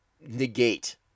negate